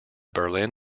berlin